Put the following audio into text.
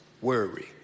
worry